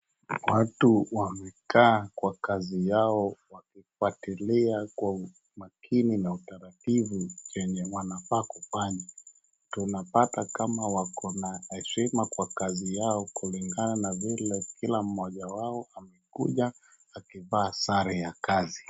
watu wamekaa kwa kazi yao wakifuatilia kwa umakini na utaratibu chenye wanafaa kufanya. Tunapata kama wako na heshima kwa kazi yao kulinga na vile kila mmoja wao amekuja akivaa sare ya kazi.